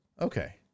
okay